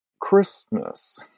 Christmas